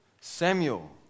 Samuel